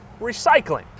recycling